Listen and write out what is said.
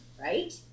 right